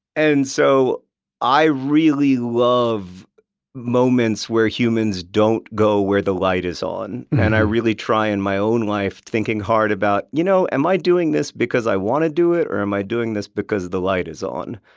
and so i really love moments where humans don't go where the light is on. and i really try, in my own life, thinking hard about, you know, am i doing this because i want to do it? or am i doing this because the light is on?